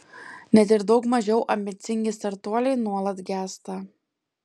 net ir daug mažiau ambicingi startuoliai nuolat gęsta